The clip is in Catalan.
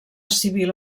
civil